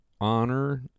honor